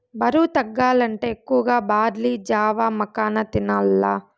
బరువు తగ్గాలంటే ఎక్కువగా బార్లీ జావ, మకాన తినాల్ల